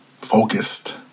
focused